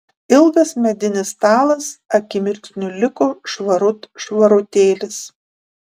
ilgas medinis stalas akimirksniu liko švarut švarutėlis